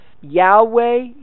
Yahweh